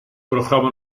programma